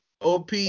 OP